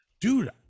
Dude